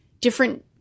different